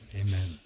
Amen